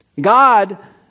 God